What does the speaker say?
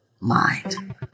mind